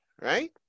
right